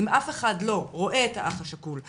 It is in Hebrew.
אם אף אחד לא רואה את האח השכול,